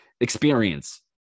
experience